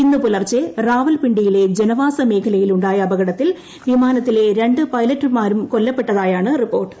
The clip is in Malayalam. ഇന്ന് പൂലർച്ചെ റാവൽ പിണ്ടിയിലെ ജനവാസ മേഖലയിൽ ഉണ്ടായ അപകടത്തിൽ വിമാനത്തിലെ രണ്ട് പൈലറ്റ്മാരും കൊല്ലപ്പെട്ടതായാണ് റിപ്പോർട്ട്